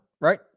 right